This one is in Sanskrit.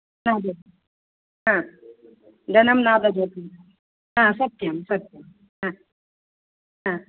महोदय आ धनं न ददाति आ सत्यं सत्यं आ आ